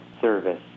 service